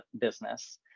business